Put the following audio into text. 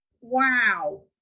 wow